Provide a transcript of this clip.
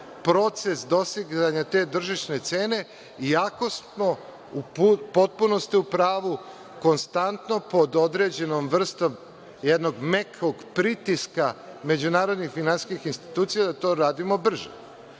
proces dostizanja te tržišne cene, iako smo u potpunosti u pravu, konstatno pod određenom vrstom jednog mekog pritiska međunarodnih finansijskih institucija da to radimo brže. Ono